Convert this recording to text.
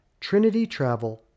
trinitytravel